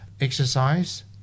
exercise